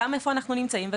גם איפה אנחנו נמצאים,